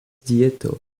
dieto